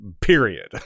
period